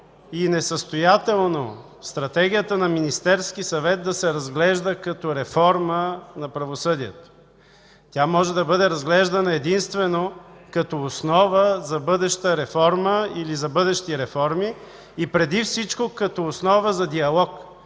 и несъстоятелно Стратегията на Министерския съвет да се разглежда като реформа на правосъдието. Тя може да бъде разглеждана единствено като основа за бъдеща реформа или за бъдещи реформи, и преди всичко като основа за диалог,